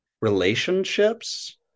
relationships